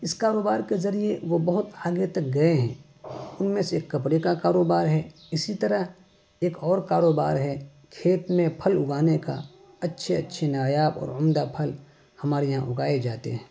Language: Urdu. اس کاروبار کے ذریعے وہ بہت آگے تک گئے ہیں ان میں سے ایک کپڑے کا کاروبار ہے اسی طرح ایک اور کاروبار ہے کھیت میں پھل اگانے کا اچھے اچھے نایاب اور عمدہ پھل ہمارے یہاں اگائے جاتے ہیں